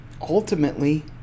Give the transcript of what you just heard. ultimately